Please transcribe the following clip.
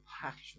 passion